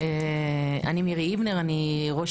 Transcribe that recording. אל מול